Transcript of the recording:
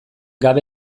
gabe